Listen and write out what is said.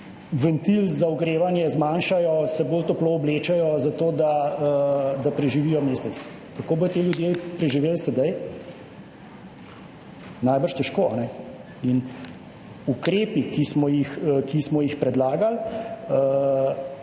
ventil za ogrevanje, se bolj toplo oblečejo zato, da preživijo mesec. Kako bodo ti ljudje preživeli sedaj? Najbrž težko. Ukrepi, ki smo jih predlagali,